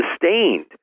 sustained